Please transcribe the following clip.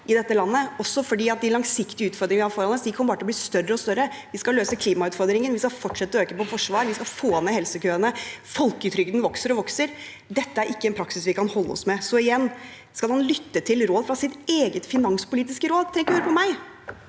også fordi de langsiktige utfordringene kommer til å bli større og større. Vi skal løse klimautfordringene. Vi skal fortsette å styrke Forsvaret. Vi skal få ned helsekøene. Folketrygden vokser og vokser. Dette er ikke en praksis vi kan holde oss med. Så igjen: Skal man lytte til råd fra sitt eget finanspolitisk råd? Statsråd Trygve